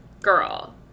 Girl